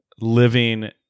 living